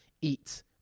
eat